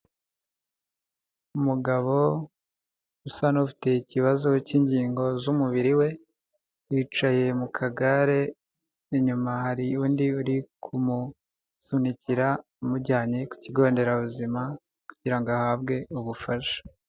Umugabo usa n'ufite ikibazo cy'ingingo z'umubiri we, wicaye mu kagare, inyuma hari undi uri kumusunikira amujyanye ku kigo nderabuzima kugira ngo ahabwe ubufasha.